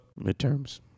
Midterms